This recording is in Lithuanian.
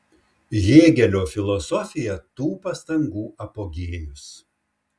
hėgelio filosofija tų pastangų apogėjus